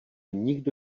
nikdo